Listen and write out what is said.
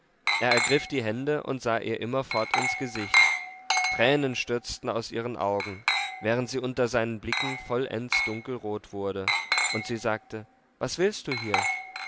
er ergriff die hände und sah ihr immerfort ins gesicht tränen stürzten aus ihren augen während sie unter seinen blicken vollends dunkelrot wurde und sie sagte was willst du hier